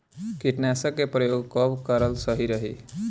कीटनाशक के प्रयोग कब कराल सही रही?